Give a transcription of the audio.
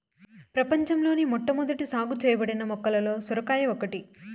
ప్రపంచంలోని మొట్టమొదట సాగు చేయబడిన మొక్కలలో సొరకాయ ఒకటి